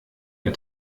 der